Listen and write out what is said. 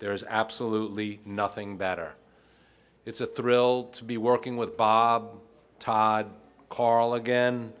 there is absolutely nothing better it's a thrill to be working with todd carr all again